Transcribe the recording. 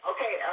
Okay